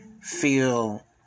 feel